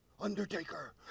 Undertaker